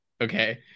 Okay